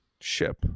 ship